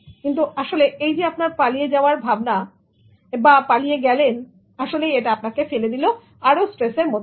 কিন্তু আসলে এই যে আপনার পালিয়ে যাওয়ার ভাবনা পালিয়ে গেলেন আসলেই এটা আপনাকে ফেলে দিল আরো স্ট্রেসের মধ্যে